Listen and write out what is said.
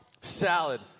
Salad